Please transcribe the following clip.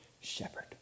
shepherd